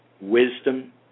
wisdom